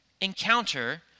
encounter